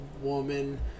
woman